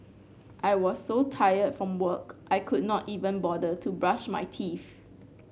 I was so tired from work I could not even bother to brush my teeth